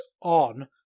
on